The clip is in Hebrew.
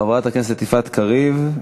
חברת הכנסת יפעת קריב,